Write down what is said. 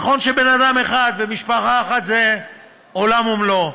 נכון שבן-אדם אחד ומשפחה אחת זה עולם ומלואו,